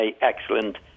excellent